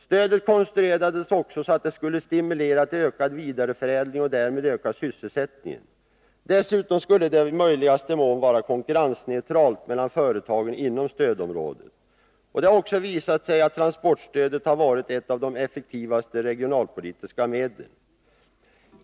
Stödet konstruerades också så att det skulle stimulera till ökad vidareförädling och därmed öka sysselsättningen. Dessutom skulle det vara i möjligaste mån konkurrensneutralt mellan företagen inom stödområdet. Det har också visat sig att transportstödet har varit ett av de effektivaste regionalpolitiska medlen.